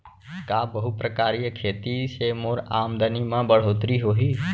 का बहुप्रकारिय खेती से मोर आमदनी म बढ़होत्तरी होही?